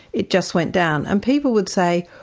it just went down. and people would say,